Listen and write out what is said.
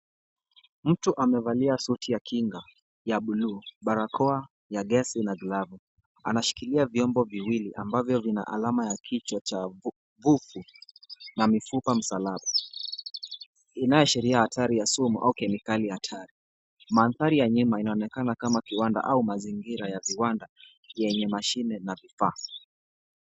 Mtu amevalia suti ya kinga ya buluu, barakoa ya gesi na glavu. Anashikilia vyombo viwili ambavyo vina alama ya kichwa cha vufu na mifupa msalaba, inayoashiria hatari ya sumu au kemikali hatari. Mandhari ya nyuma inaonekana kama kiwanda au mazingira ya viwanda yenye mashine na vifaa.